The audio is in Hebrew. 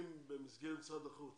במסגרת משרד החוץ